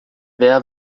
wer